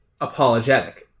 apologetic